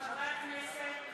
חברי הכנסת,